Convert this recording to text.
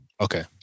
Okay